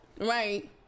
Right